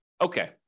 okay